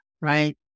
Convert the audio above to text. right